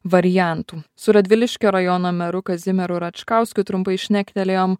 variantų su radviliškio rajono meru kazimieru račkauskiu trumpai šnektelėjom